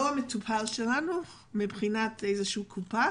מבחינת הקופה